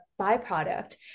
byproduct